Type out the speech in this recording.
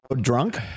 drunk